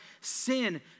sin